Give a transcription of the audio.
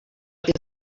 que